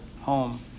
home